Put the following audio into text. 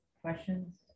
questions